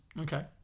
Okay